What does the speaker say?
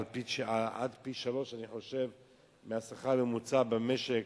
עד פי-שלושה מהשכר הממוצע במשק,